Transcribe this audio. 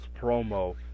promo